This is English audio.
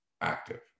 active